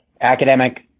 academic